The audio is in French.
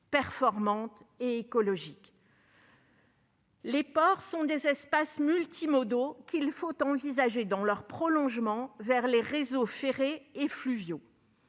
performante et écologique. Les ports sont des espaces multimodaux qu'il faut envisager dans leur prolongement vers les réseaux ferrés et fluviaux.